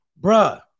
bruh